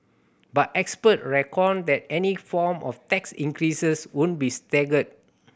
but expert reckoned that any form of tax increases would be staggered